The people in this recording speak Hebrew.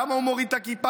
למה הוא מוריד את הכיפה?